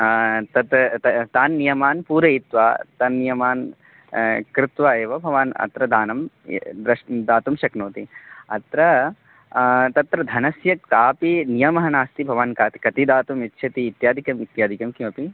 तत् त तान् नियमान् पूरयित्वा तान् नियमान् कृत्वा एव भवान् अत्र दानं द्रश् दातुं शक्नोति अत्र तत्र धनस्य कापि नियमः नास्ति भवान् कः कति दातुं इच्छति इत्यादिकं इत्यादिकं किमपि